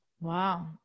wow